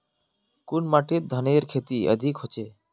कुन माटित धानेर खेती अधिक होचे?